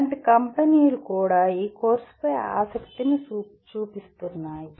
ఇలాంటి కంపెనీలు కూడా ఈ కోర్సుపై ఆసక్తి చూపుతాయి